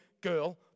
girl